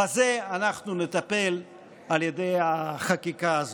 בזה אנחנו נטפל על ידי החקיקה הזאת.